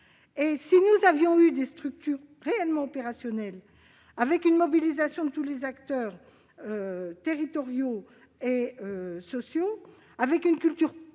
Si nous avions eu des structures réellement opérationnelles, avec une mobilisation de tous les acteurs territoriaux et sociaux, avec une culture partagée